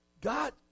God